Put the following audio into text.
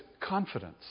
confidence